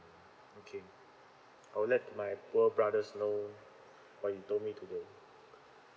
okay I'll let my poor brother know what you told me today